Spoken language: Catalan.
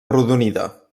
arrodonida